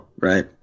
right